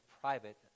private